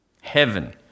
Heaven